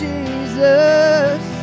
Jesus